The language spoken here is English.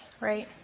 right